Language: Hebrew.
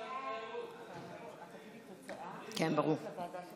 ההצעה להעביר את הצעת חוק הרשויות המקומיות (בחירות) (הוראת שעה,